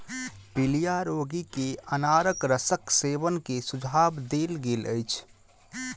पीलिया रोगी के अनारक रसक सेवन के सुझाव देल गेल अछि